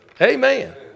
Amen